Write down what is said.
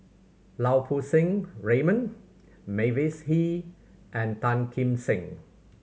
Lau Poo Seng Raymond Mavis Hee and Tan Kim Seng